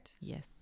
Yes